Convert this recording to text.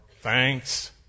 thanks